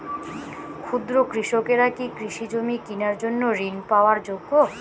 ক্ষুদ্র কৃষকরা কি কৃষিজমি কিনার জন্য ঋণ পাওয়ার যোগ্য?